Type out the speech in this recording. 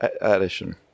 addition